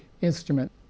instrument